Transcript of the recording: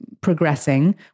progressing